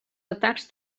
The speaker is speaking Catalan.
atacs